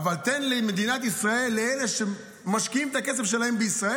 אבל תן לאלה שמשקיעים את הכסף שלהם בישראל,